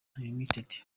unlimited